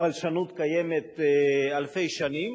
בלשנות קיימת אלפי שנים.